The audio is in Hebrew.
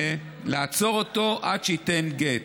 לעצור אותו עד שייתן גט.